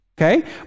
Okay